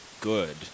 good